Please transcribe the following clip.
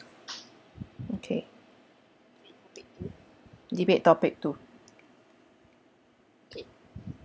okay debate topic two